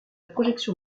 projection